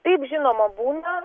taip žinoma būna